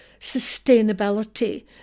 sustainability